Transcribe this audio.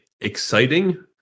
exciting